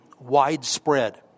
widespread